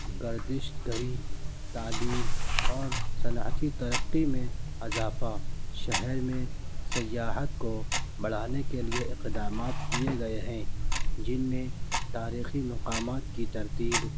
گردش گری تعلیم اور صنعتی ترقی میں اضافہ شہر میں سیاحت کو بڑھانے کے لیے اقدامات کیے گئے ہیں جن میں تاریخی مقامات کی ترتیب